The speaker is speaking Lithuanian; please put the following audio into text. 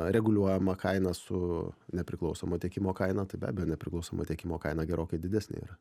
reguliuojamą kainą su nepriklausomo tiekimo kaina tai be abejo nepriklausomo tiekimo kaina gerokai didesnė yra